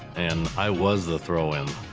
and i was the throw-in.